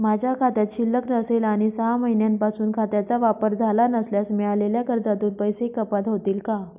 माझ्या खात्यात शिल्लक नसेल आणि सहा महिन्यांपासून खात्याचा वापर झाला नसल्यास मिळालेल्या कर्जातून पैसे कपात होतील का?